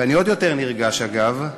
ואני עוד יותר נרגש, אגב,